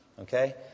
Okay